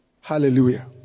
Hallelujah